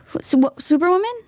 Superwoman